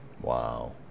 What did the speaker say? wow